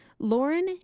Lauren